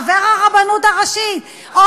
חבר הרבנות הראשית,